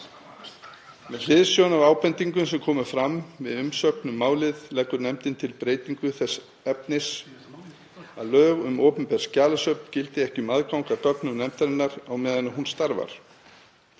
Með hliðsjón af ábendingum sem komu fram í umsögnum um málið leggur nefndin til breytingu þess efnis að lög um opinber skjalasöfn gildi ekki um aðgang að gögnum nefndarinnar á meðan hún starfar.